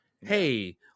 Hey